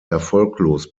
erfolglos